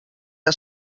que